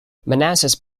manassas